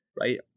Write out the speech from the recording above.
right